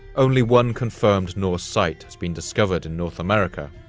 only one confirmed norse site has been discovered in north america,